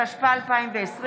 התשפ"א 2020,